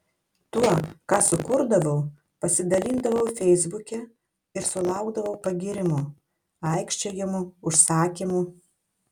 tuo ką sukurdavau pasidalindavau feisbuke ir sulaukdavau pagyrimų aikčiojimų užsakymų